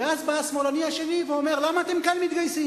ואז בא השמאלני השני ואומר: למה אתם כן מתגייסים?